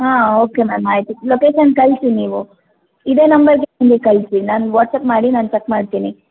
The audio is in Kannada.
ಹಾಂ ಓಕೆ ಮ್ಯಾಮ್ ಆಯಿತು ಲೊಕೇಶನ್ ಕಳಿಸಿ ನೀವು ಇದೇ ನಂಬರ್ಗೆ ಕಳಿಸಿ ನಾನು ವಾಟ್ಸಪ್ ಮಾಡಿ ನಾನು ಚೆಕ್ ಮಾಡ್ತೀನಿ